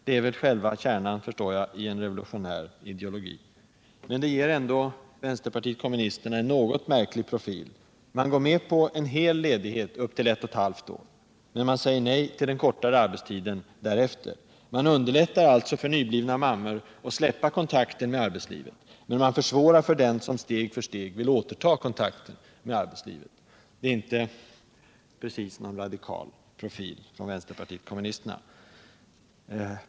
Det är väl själva kärnan, förstår jag, i en revolutionär ideologi. Men det ger ändå vpk en något märklig framtoning. Man går med på hel ledighet upp till ett och ett halvt år, men man säger nej till kortare arbetstid därefter. Man underlättar alltså för nyblivna mammor att släppa kontakten med arbetslivet, men man försvårar för den som steg för steg vill återta kontakten med sitt yrke. Det är inte precis någon radikal profil.